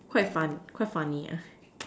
quite fun quite funny ah